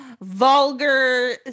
Vulgar